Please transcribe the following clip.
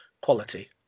quality